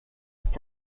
ist